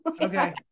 Okay